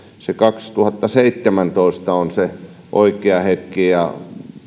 se kaksituhattaseitsemäntoista on se oikea hetki tiedän että täällä on